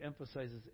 emphasizes